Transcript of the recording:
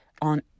on